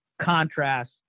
contrast